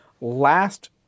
last